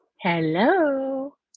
Hello